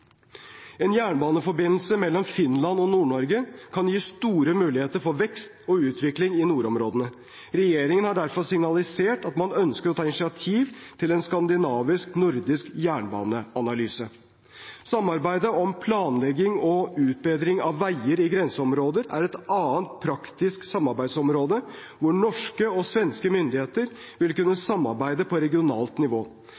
En jernbaneforbindelse mellom Finland og Nord-Norge kan gi store muligheter for vekst og utvikling i nordområdene. Regjeringen har derfor signalisert at man ønsker å ta initiativ til en skandinavisk/nordisk jernbaneanalyse. Planlegging og utbedring av veier i grenseområder er et annet praktisk område hvor norske og svenske myndigheter vil